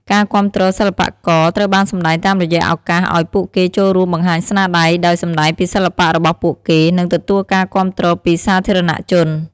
ការគាំទ្រសិល្បករ ត្រូវបានសម្ដែងតាមរយៈឱកាសឲ្យពួកគេចូលរួមបង្ហាញស្នាដៃ ដោយសម្តែងពីសិល្បៈរបស់ពួកគេ និងទទួលការគាំទ្រពីសាធារណជន។